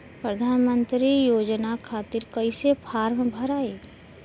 प्रधानमंत्री योजना खातिर कैसे फार्म भराई?